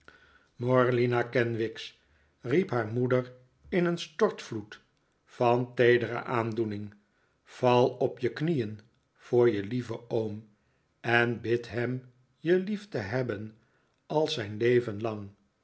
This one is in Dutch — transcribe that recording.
morlina kenwigs riep haar moeder in een stortvloed van teedere aandoening val op je knieen voor je lieven oom en bid hem je lief te hebben al zijn leven lang